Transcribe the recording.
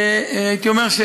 הייתי אומר,